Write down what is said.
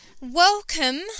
Welcome